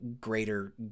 greater